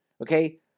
okay